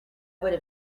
would